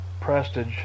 Prestige